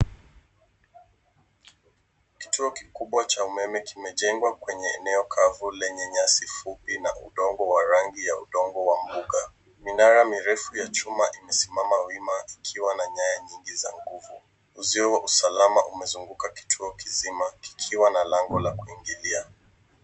Kituo kikubwa cha umeme kimejengwa kwenye eneo kavu lenye nyasi fupi na udongo wa rangi ya udongo wa mbuga. Minara mirefu ya chuma imesimama wima ikiwa na nyaya nyingi za nguvu. Uzio wa usalama umezunguka kituo kizima kikiwa na lango la kuingilia.